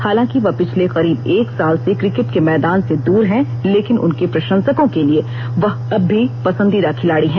हालांकि वह पिछले करीब एक साल से क्रिकेट के मैदान से दूर हैं लेकिन उनके प्रशंसकों के लिए अब भी वह पसंदीदा खिलाड़ी हैं